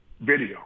video